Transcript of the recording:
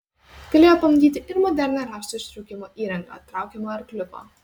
galėjo pamatyti ir modernią rąstų ištraukimo įrangą traukiamą arkliuko